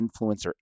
influencer